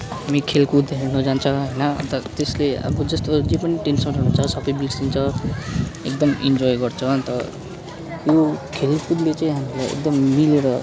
हामी खेलकुद हेर्नु जान्छ होइन अन्त त्यसले अब जस्तो जे पनि टेन्सन हुन्छ सबै बिर्सिन्छ एकदम इन्जोय गर्छ अन्त यो खेलकुदले चाहिँ हामीलाई एकदम मिलेर